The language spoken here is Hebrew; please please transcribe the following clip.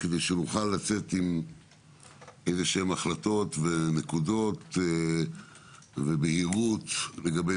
כדי שנוכל לצאת עם החלטות ונקודות והבנה לגבי